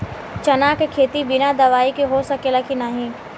चना के खेती बिना दवाई के हो सकेला की नाही?